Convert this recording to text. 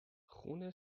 خون